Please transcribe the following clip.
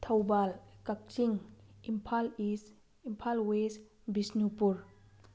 Thoubal Kakching Imphal east Imphal west Bishnupur